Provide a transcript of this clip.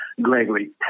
Gregory